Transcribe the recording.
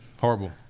Horrible